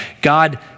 God